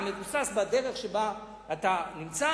אתה מבוסס בדרך שבה אתה נמצא.